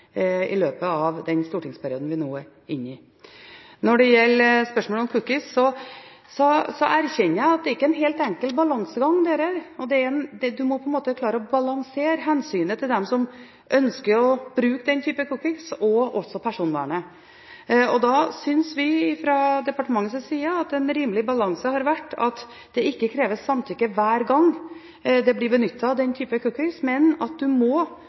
i løpet av den stortingsperioden vi nå er inne i. Når det gjelder spørsmålet om cookies, erkjenner jeg at dette ikke er en helt enkel balansegang. En må klare å balansere hensynet til dem som ønsker å bruke den type cookies, og personvernet. Vi fra departementets side synes en rimelig balanse er at det ikke kreves samtykke hver gang den type cookies blir benyttet, men at en må